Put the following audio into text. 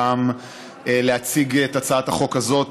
וגם להציג את הצעת החוק הזאת,